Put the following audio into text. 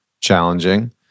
challenging